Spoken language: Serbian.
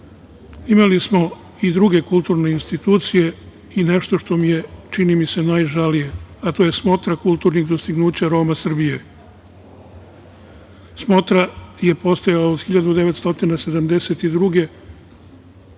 jedan. Imali smo i druge kulturne institucije i nešto što mi je, čini mi se, najžalije, a to je Smotra kulturnih dostignuća Roma Srbije. Smotra je postojala od 1972.